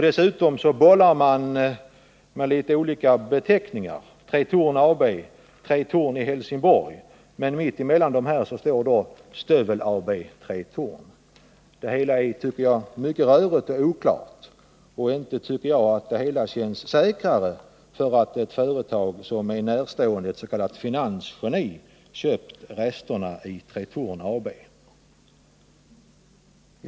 Dessutom bollar man med olika beteckningar: Tretorn AB, Tretorn i Helsingborg och mittemellan dessa två Stövel AB Tretorn. Det hela är, enligt min mening, mycket rörigt och oklart, och inte tycker jag att det känns säkrare, därför att ett företag som står nära ett s.k. finansgeni köpt resterna av Tretorn AB.